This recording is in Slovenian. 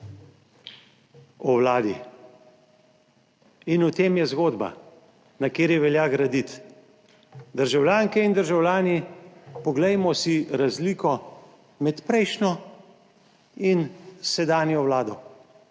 o vladi. In v tem je zgodba na kateri velja graditi. Državljanke in državljani, poglejmo si razliko med prejšnjo in sedanjo vlado,